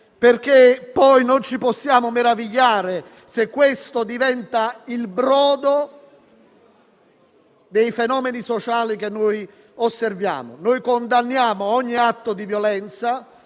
perché poi non ci possiamo meravigliare se questo diventa il brodo dei fenomeni sociali che osserviamo. Noi condanniamo ogni atto di violenza,